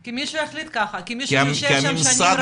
כי מישהו החליט ככה, כי מישהו יושב שם שנים רבות.